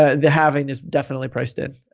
ah the halving is definitely priced in,